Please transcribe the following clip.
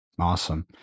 awesome